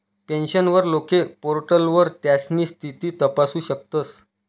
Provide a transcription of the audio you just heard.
pensioner लोके पोर्टलवर त्यास्नी स्थिती तपासू शकतस